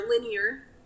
linear